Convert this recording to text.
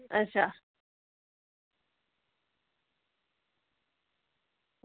अच्छा